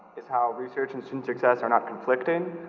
is how research and success are not conflicting.